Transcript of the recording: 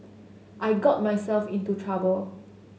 I got myself into trouble